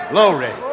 Glory